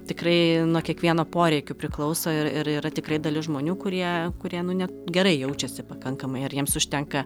tikrai nuo kiekvieno poreikių priklauso ir ir yra tikrai dalis žmonių kurie kurie nu ne gerai jaučiasi pakankamai ar jiems užtenka